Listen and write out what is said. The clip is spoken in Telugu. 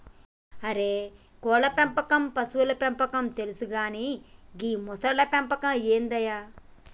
అరే కోళ్ళ పెంపకం పశువుల పెంపకం తెలుసు కానీ గీ మొసళ్ల పెంపకం ఏందయ్య